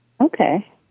Okay